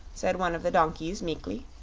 said one of the donkeys, meekly.